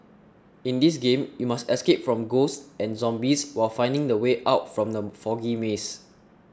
in this game you must escape from ghosts and zombies while finding the way out from the foggy maze